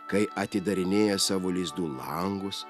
kai atidarinėja savo lizdų langus